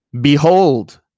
Behold